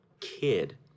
kid